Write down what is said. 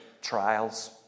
trials